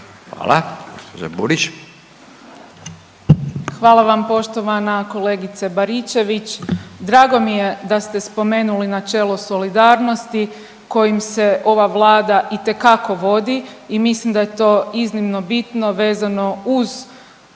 (HDZ)** Hvala vam poštovana kolegice Baričević. Drago mi je da ste spomenuli načelo solidarnosti kojim se ova Vlada itekako vodi i mislim da je to iznimno bitno vezano uz